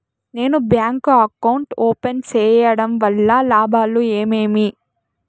నేను bank account open సేయడం వల్ల లాభాలు ఏమేమి?